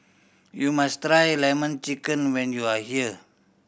you must try Lemon Chicken when you are here